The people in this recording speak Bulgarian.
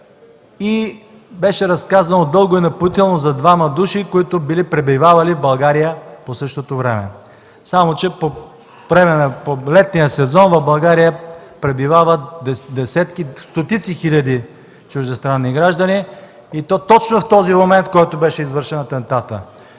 и беше разказано дълго и напоително за двама души, които пребивавали в България по същото време. Само че по време на летния сезон в България пребивават стотици хиляди чуждестранни граждани и то точно в този момент, в който беше извършен атентатът.